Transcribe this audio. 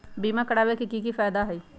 बीमा करबाबे के कि कि फायदा हई?